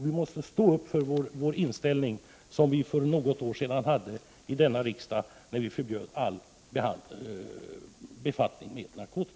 Vi måste stå upp för den inställning som vi för något år sedan hade i denna riksdag när vi förbjöd all befattning med narkotika.